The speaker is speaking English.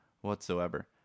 whatsoever